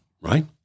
right